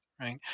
right